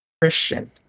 Christian